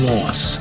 Loss